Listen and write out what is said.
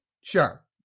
sure